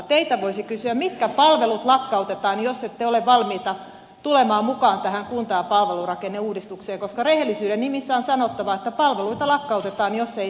teiltä voisi kysyä mitkä palvelut lakkautetaan jos ette ole valmiita tulemaan mukaan tähän kunta ja palvelurakenneuudistukseen koska rehellisyyden nimissä on sanottava että palveluita lakkautetaan jos ei kunta ja palvelurakenneuudistusta toteuteta